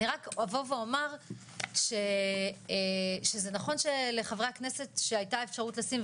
אני רק אבוא ואומר שזה נכון שלחברי הכנסת שהייתה אפשרות לשים,